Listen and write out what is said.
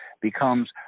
becomes